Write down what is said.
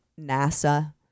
nasa